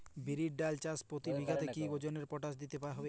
বিরির ডাল চাষ প্রতি বিঘাতে কি ওজনে পটাশ দিতে হবে?